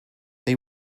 they